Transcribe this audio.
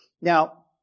Now